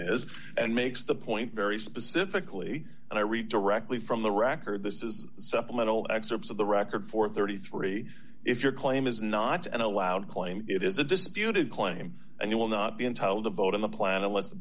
is and makes the point very specifically and i read directly from the record this is supplemental excerpts of the record for thirty three if your claim is not allowed claim it is a disputed claim and you will not be entitled to vote on the planet let the